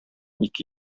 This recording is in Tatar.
ике